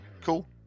Cool